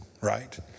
Right